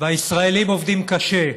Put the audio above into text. והישראלים עובדים קשה,